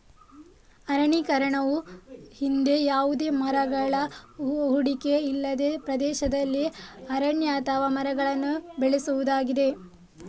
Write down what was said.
ಅರಣ್ಯೀಕರಣವು ಹಿಂದೆ ಯಾವುದೇ ಮರಗಳ ಹೊದಿಕೆ ಇಲ್ಲದ ಪ್ರದೇಶದಲ್ಲಿ ಅರಣ್ಯ ಅಥವಾ ಮರಗಳನ್ನು ಬೆಳೆಸುವುದಾಗಿದೆ